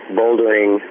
bouldering